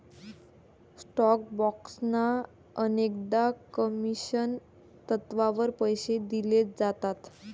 stock ब्रोकर्सना अनेकदा commission तत्त्वावर पैसे दिले जातात